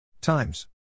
times